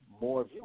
more